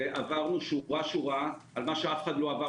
ועברנו שורה-שורה על מה שאף אחד לא עבר